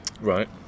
Right